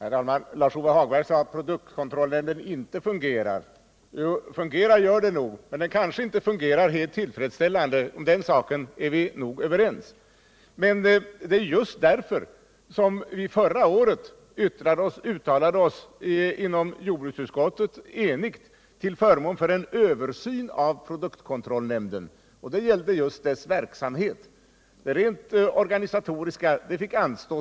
Herr talman! Lars-Ove Hagberg sade att produktkontrollnämnden inte fungerar. Jo, fungerar gör den nog, men inte helt tillfredsställande, den saken är vi överens om. Men det är just därför jordbruksutskottet förra året enigt uttalade sig om behovet av en översyn av produktkontrollnämnden. Det gällde då dess verksamhet — det rent organisatoriska fick anstå.